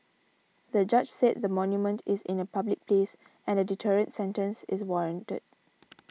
the judge said the monument is in a public place and a deterrent sentence is warranted